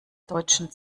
deutschen